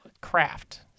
craft